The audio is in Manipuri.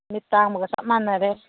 ꯃꯤꯠ ꯇꯥꯡꯕꯒ ꯆꯞ ꯃꯥꯟꯅꯔꯦ